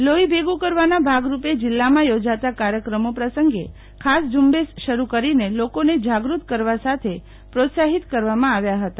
લોહી ભેગું કરવાના ભાગરૂપે જીલ્લામાં ચોજાતા કાર્યક્રમો પ્રસંગે ખાસ ઝંબેશ શરૂકરીને લોકોને જાગુત કરેવા સાથે પ્રોત્સાહિત કરવામાં આવ્યા હતા